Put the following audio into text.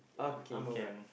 I I'm alright